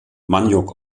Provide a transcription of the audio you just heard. maniok